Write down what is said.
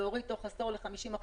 להוריד תוך עשור ל-50%.